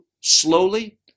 slowly